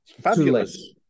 fabulous